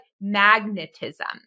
magnetism